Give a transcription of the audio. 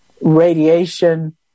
radiation